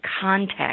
context